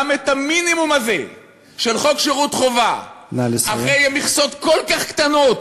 גם את המינימום הזה של חוק שירות חובה אחרי מכסות כל כך קטנות,